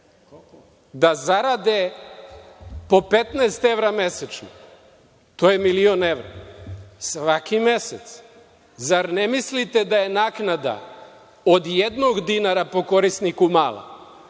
da zarade po 15 evra mesečno, to je milion evra svaki mesec. Zar ne mislite da je naknada od jednog dinara po korisniku mala?